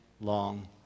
long